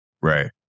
Right